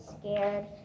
scared